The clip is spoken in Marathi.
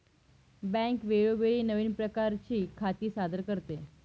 बँक वेळोवेळी नवीन प्रकारची खाती सादर करते